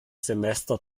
semester